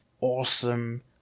awesome